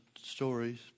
stories